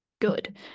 good